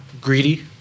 greedy